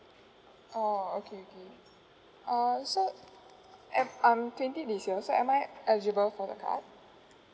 orh okay okay uh so every I'm twenty this year so am I eligible for the card